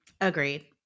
Agreed